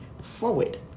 forward